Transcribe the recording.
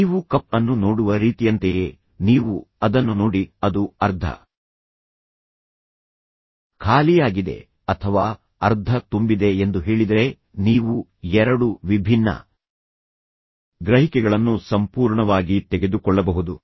ನೀವು ಕಪ್ ಅನ್ನು ನೋಡುವ ರೀತಿಯಂತೆಯೇ ನೀವು ಅದನ್ನು ನೋಡಿ ಅದು ಅರ್ಧ ಖಾಲಿಯಾಗಿದೆ ಅಥವಾ ಅರ್ಧ ತುಂಬಿದೆ ಎಂದು ಹೇಳಿದರೆ ನೀವು ಎರಡು ವಿಭಿನ್ನ ಗ್ರಹಿಕೆಗಳನ್ನು ಸಂಪೂರ್ಣವಾಗಿ ತೆಗೆದುಕೊಳ್ಳಬಹುದು